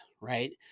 right